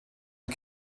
und